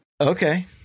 okay